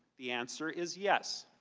the answer is yes.